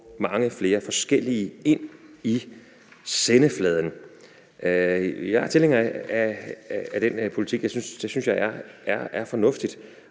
mange flere forskellige ind i sendefladen. Jeg er tilhænger af den politik. Det synes jeg er fornuftigt.